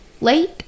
late